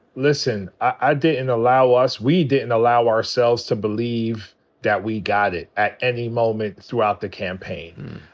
listen, i didn't allow us. we didn't allow ourselves to believe that we got it at any moment throughout the campaign.